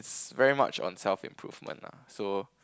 is very much on self improvement lah so